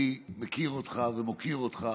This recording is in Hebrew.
אני מכיר אותך ומוקיר אותך